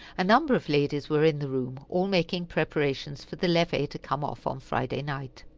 a number of ladies were in the room, all making preparations for the levee to come off on friday night.